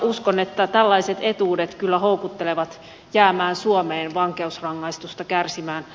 uskon että tällaiset etuudet kyllä houkuttelevat jäämään suomeen vankeusrangaistusta kärsimään